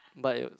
bias